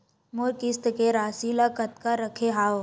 मोर किस्त के राशि ल कतका रखे हाव?